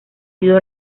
sido